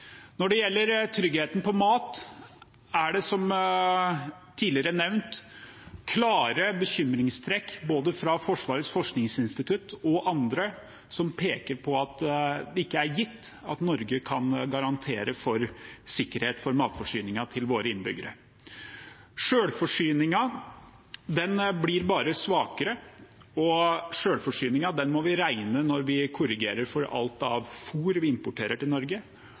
Når det gjelder tryggheten for mat, er det, som tidligere nevnt, klare bekymringstrekk, og både Forsvarets forskningsinstitutt og andre peker på at det ikke er gitt at Norge kan garantere for sikkerhet for matforsyningen til våre innbyggere. Selvforsyningen blir bare svakere, og vi må regne med den når vi korrigerer for alt av fôr vi importerer til Norge.